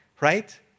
right